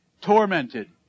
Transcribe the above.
tormented